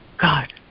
God